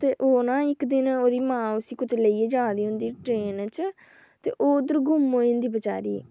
ओह् न इक दिन ओह्दी मांऽ उस्सी कुतै लेइयै जा दी होंदी ट्रेन च ते ओह् उद्धर गुम होई जंदी बचैरी